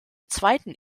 zweiten